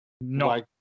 No